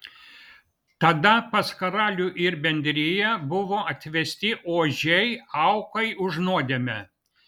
tada pas karalių ir bendriją buvo atvesti ožiai aukai už nuodėmę